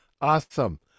Awesome